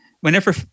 whenever